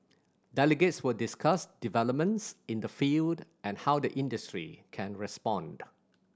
delegates will discuss developments in the field and how the industry can respond